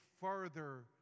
further